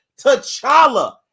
T'Challa